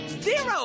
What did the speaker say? Zero